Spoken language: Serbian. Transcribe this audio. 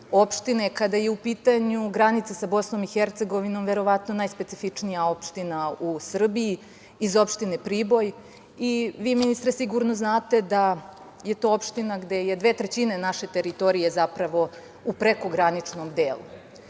kada je u pitanju granica sa Bosnom i Hercegovinom verovatno najspecifičnija opština u Srbiji, iz Opštine Priboj. Vi, ministre, sigurno znate da je to opština gde je 2/3 naše teritorije, zapravo, u prekograničnom delu.